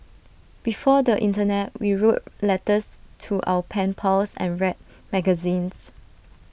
before the Internet we wrote letters to our pen pals and read magazines